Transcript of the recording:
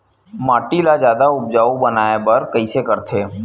माटी ला जादा उपजाऊ बनाय बर कइसे करथे?